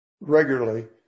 regularly